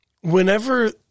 Whenever